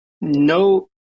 no